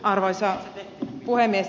arvoisa puhemies